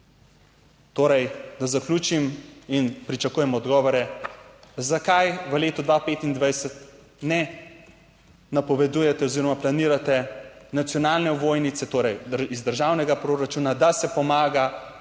Torej, da zaključim, in pričakujem odgovore, zakaj v letu 2025 ne napovedujete oziroma planirate nacionalne ovojnice torej iz državnega proračuna, da se pomaga vsem